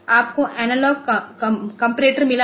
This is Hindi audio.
आपको एनालॉग कॉम्पटर मिला है